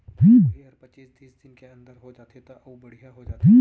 उही हर पचीस तीस दिन के अंदर हो जाथे त अउ बड़िहा हो जाथे